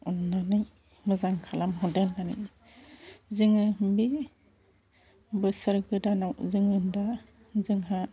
अननानै मोजां खालाम हरदो होननानै जोङो बे बोसोर गोदानाव जोङो दा जोंहा